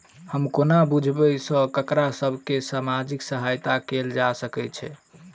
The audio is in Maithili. हम कोना बुझबै सँ ककरा सभ केँ सामाजिक सहायता कैल जा सकैत छै?